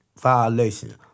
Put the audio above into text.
violation